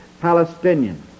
Palestinian